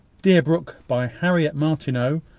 deerbrook, by harriet martineau.